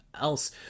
else